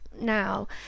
now